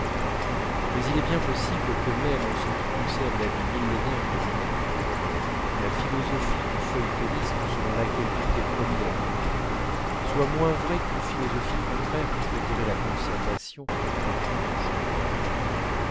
mais il est bien possible que même en ce qui concerne la vie millénaire de l'humanité la philosophie du feuilletoniste selon laquelle tout est promis à l'oubli soit moins vraie qu'une philosophie contraire qui prédirait la conservation de toutes choses